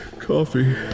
coffee